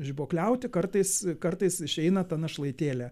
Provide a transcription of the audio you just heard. žibuokliauti kartais kartais išeina ta našlaitėlė